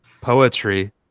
poetry